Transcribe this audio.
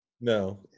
No